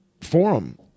Forum